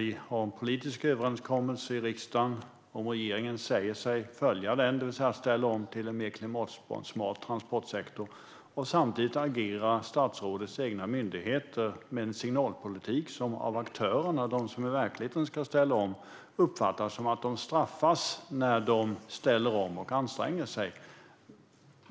Vi har en politisk överenskommelse i riksdagen som regeringen säger sig följa, det vill säga att man ställer om till en mer klimatsmart transportsektor. Men det blir märkligt om statsrådets egna myndigheter samtidigt agerar med en signalpolitik som av aktörerna, de som ska ställa om i verkligheten, uppfattas som att de straffas när de ställer om och anstränger sig.